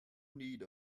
need